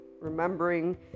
remembering